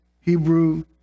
Hebrew